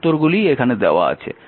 সব উত্তরগুলিই এখানে দেওয়া আছে